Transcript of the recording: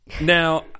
now